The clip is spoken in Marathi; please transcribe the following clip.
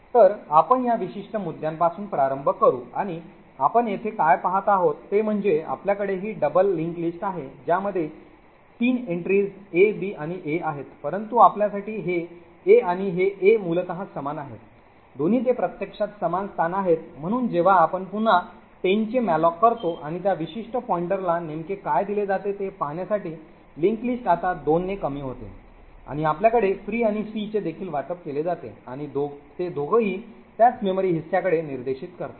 तर आपण या विशिष्ट मुद्द्यापासून प्रारंभ करू आणि आपण येथे काय पाहत आहोत ते म्हणजे आपल्याकडे ही double linked list आहे ज्यामध्ये 3 entries a b आणि a आहेत परंतु आपल्यासाठी हे a आणि हे a मूलत समान आहेत दोन्ही ते प्रत्यक्षात समान स्थान आहेत म्हणून जेव्हा आपण पुन्हा 10 चे malloc करतो आणि त्या विशिष्ट पॉईंटरला नेमके काय दिले जाते ते पाहण्यासाठी linked list आता 2 ने कमी होते आणि आपल्याकडे free आणि c चे देखील वाटप केले जाते आणि तेदोघंही त्याच मेमरी हिस्साकडे निर्देशित करतात